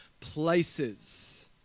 places